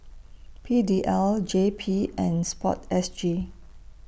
P D L J P and Sport S G